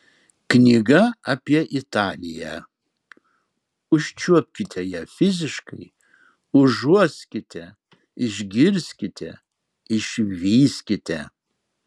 knyga apie italiją užčiuopkite ją fiziškai užuoskite išgirskite išvyskite